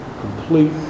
complete